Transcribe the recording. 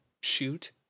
shoot